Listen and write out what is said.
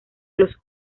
los